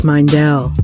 Mindell